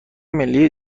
ملی